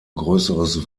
größeres